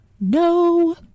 No